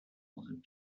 and